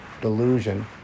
delusion